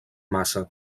massa